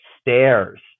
stairs